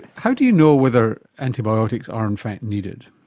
how do you know whether antibiotics are in fact needed?